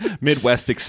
Midwest